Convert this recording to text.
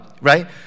right